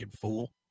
fool